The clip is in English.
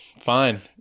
fine